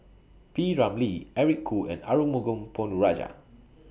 P Ramlee Eric Khoo and Arumugam Ponnu Rajah